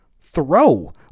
throw